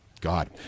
God